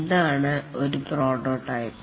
എന്താണ് ഒരു പ്രോട്ടോടൈപ്പ്